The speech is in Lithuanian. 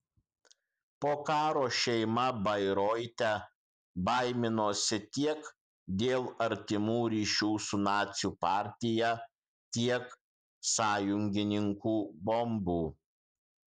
po karo šeima bairoite baiminosi tiek dėl artimų ryšių su nacių partija tiek sąjungininkų bombų